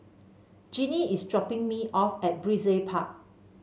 Ginny is dropping me off at Brizay Park